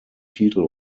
titel